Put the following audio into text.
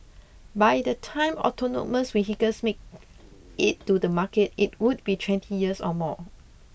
by the time autonomous vehicles make it to the market it would be twenty years or more